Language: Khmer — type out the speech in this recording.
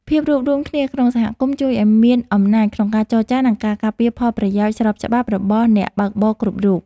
ភាពរួបរួមគ្នាក្នុងសហគមន៍ជួយឱ្យមានអំណាចក្នុងការចរចា និងការការពារផលប្រយោជន៍ស្របច្បាប់របស់អ្នកបើកបរគ្រប់រូប។